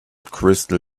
crystal